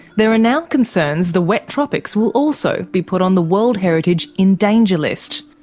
there are now concerns the wet tropics will also be put on the world heritage in danger list.